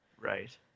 right